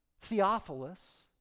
Theophilus